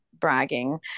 bragging